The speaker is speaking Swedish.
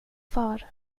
far